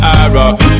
arrow